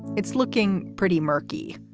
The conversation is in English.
it's looking pretty murky.